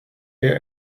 der